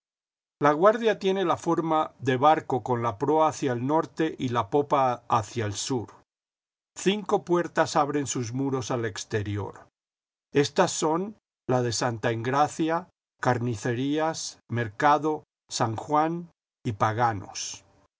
piedra laguardia tiene la forma de barco con la proa hacia el norte y la popa hacia el sur cinco puertas abren sus muros al exterior éstas son la de santa engracia carnicerías mercado san juan y paganos